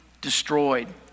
destroyed